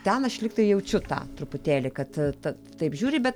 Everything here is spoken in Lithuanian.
ten aš lyg tai jaučiu tą truputėlį kad ta taip žiūri bet